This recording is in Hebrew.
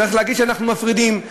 צריך להגיד שאנחנו מפרידים.